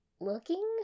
looking